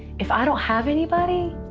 if i don't have anybody,